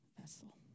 vessel